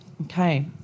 okay